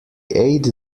ate